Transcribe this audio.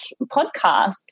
podcasts